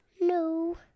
no